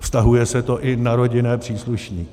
Vztahuje se to i na rodinné příslušníky.